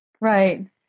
Right